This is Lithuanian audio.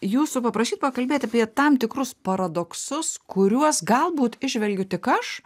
jūsų paprašyt pakalbėt apie tam tikrus paradoksus kuriuos galbūt įžvelgiu tik aš